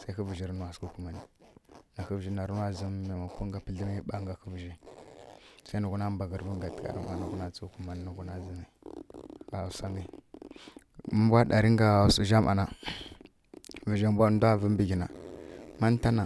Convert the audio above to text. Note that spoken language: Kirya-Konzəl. Se hǝ vǝzji rǝnuwa sǝghǝ kumani naɦǝvǝzji narǝnuwa zim pǝdlimǝ ɓa hǝvizji se nǝ nuwa mbaghǝrǝvǝ ma ghwa tǝghari nǝ nuwa tsu kumanǝ nǝ nuwa zǝm ma mbwa ɗari nga suzja ma na ga vǝzje mbwa nwu wa mdwa vǝ mbǝ ghi na ma nǝnta na